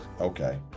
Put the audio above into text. Okay